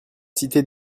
citer